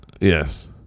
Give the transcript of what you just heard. Yes